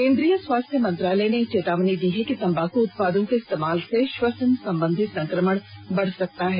केंद्रीय स्वास्थ्य मंत्रालय ने चेतावनी दी है कि तम्बाकू उत्पादों के इस्तेमाल से श्वसन संबंधी संक्रमण बढ़ सकता है